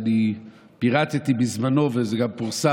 אני פירטתי בזמנו מה קרה וזה גם פורסם.